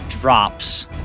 drops